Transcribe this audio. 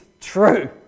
true